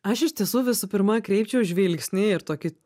aš iš tiesų visų pirma kreipčiau žvilgsnį ir tokį